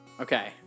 Okay